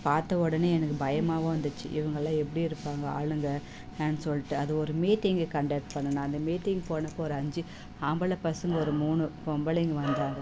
பார்த்த உடனே எனக்கு பயமாகவும் இருந்துச்சு இவங்கெல்லாம் எப்படி இருப்பாங்க ஆளுங்க என்னென்னு சொல்லிட்டு அது ஒரு மீட்டிங்கு கண்டெக்ட் பண்ணிணோம் அந்த மீட்டிங் போனப்போ ஒரு அஞ்சு ஆம்பளை பசங்கள் ஒரு மூணு பொம்பளைங்கள் வந்தாங்க